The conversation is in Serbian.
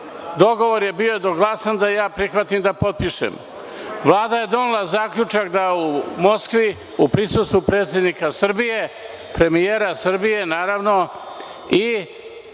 dogovor je bio jednoglasan da prihvatim da potpišem. Vlada je donela zaključak da u Moskvi u prisustvu predsednika Srbije, premijera Srbije i